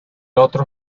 otro